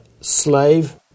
slave